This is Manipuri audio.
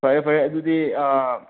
ꯐꯔꯦ ꯐꯔꯦ ꯑꯗꯨꯗꯤ ꯑꯥ